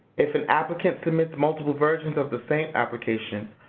if an applicant submits multiple versions of the same application,